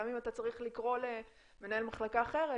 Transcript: גם אם אתה צריך לקרוא למנהל מחלקה אחרת